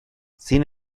sin